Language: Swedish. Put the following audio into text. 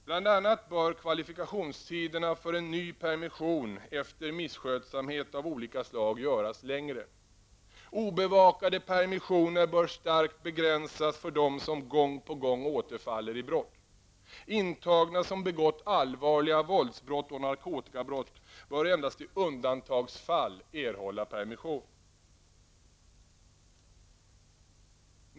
Bl.a. bör kvalifikationstiderna för en ny permission efter misskötsamhet av olika slag göras längre. Obevakade permissioner bör starkt begränsas för dem som gång på gång återfaller i brott. Intagna som begått allvarliga våldsbrott och narkotikabrott bör endast i undantagsfall erhålla permission.